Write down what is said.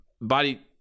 body